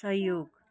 सहयोग